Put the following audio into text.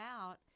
out